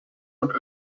und